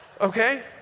Okay